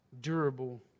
durable